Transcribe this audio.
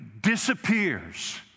disappears